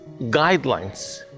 guidelines